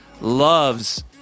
loves